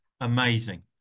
amazing